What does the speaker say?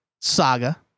Saga